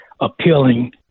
appealing